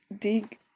dig